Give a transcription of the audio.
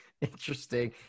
Interesting